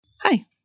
Hi